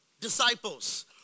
Disciples